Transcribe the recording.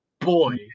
boy